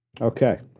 Okay